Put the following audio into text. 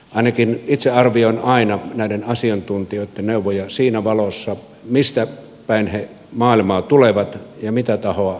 ainakin itse arvioin aina näiden asiantuntijoitten neuvoja siinä valossa mistä päin maailmaa he tulevat ja mitä tahoa he edustavat